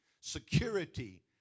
security